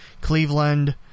Cleveland